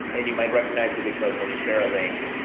and you might recognize it, because when you share a link,